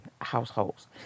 households